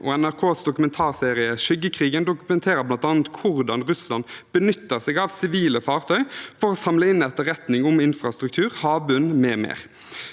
NRKs dokumentarserie Skyggekrigen dokumenterer bl.a. hvordan Russland benytter seg av sivile fartøy for å samle inn etterretning om infrastruktur, havbunn m.m.